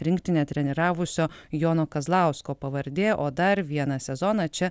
rinktinę treniravusio jono kazlausko pavardė o dar vieną sezoną čia